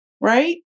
right